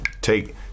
take